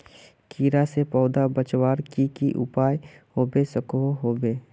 कीड़ा से पौधा बचवार की की उपाय होबे सकोहो होबे?